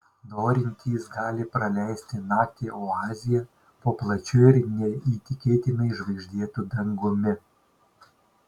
norintys gali praleisti naktį oazėje po plačiu ir neįtikėtinai žvaigždėtu dangumi